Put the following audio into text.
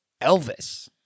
Elvis